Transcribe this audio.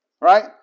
right